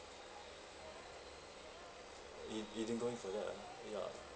you you didn't go in for that ah ya